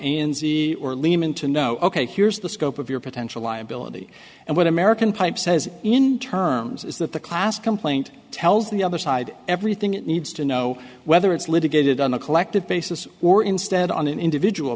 n z or lehman to know ok here's the scope of your potential liability and what american pipe says in terms is that the class complaint tells the other side everything it needs to know whether it's litigated on a collective basis or instead on an individual